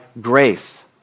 grace